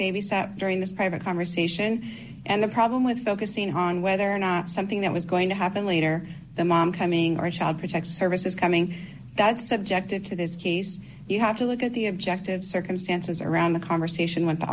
babysat during this private conversation and the problem with focusing on whether or not something that was going to happen later the mom coming or a child protective services coming that's subjective to this case you have to look at the objective circumstances around the conversation with the